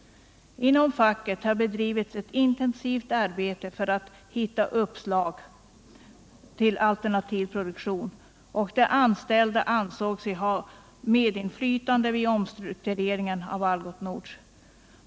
Inom facket har bedrivits ett intensivt arbete för att hitta uppslag till alternativ produktion, och de anställda ansåg sig ha medinflytande vid omstruktureringen av Algots Nord.